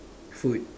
food